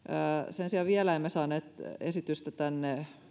sen sijaan vielä emme saaneet esitystä tänne